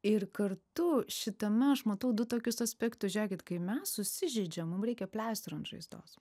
ir kartu šitame aš matau du tokius aspektus žiūrėkit kai mes susižeidžiam mums reikia pleistro ant žaizdos